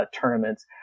tournaments